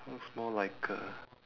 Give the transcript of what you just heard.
looks more like a